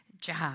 Job